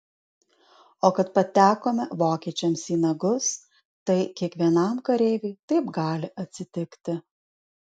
o kad patekome vokiečiams į nagus tai kiekvienam kareiviui taip gali atsitikti